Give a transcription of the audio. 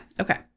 okay